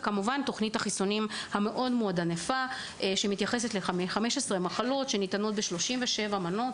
ותוכנית חיסונים ענפה שמתייחסת ל-15 מחלות שניתנות ב-37 מנות,